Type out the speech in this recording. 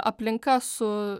aplinka su